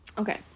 Okay